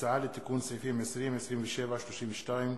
הצעה לתיקון סעיפים 20, 27, 32,